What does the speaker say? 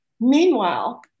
Meanwhile